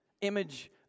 image